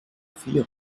vierer